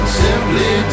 simply